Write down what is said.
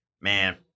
man